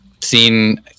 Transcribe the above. seen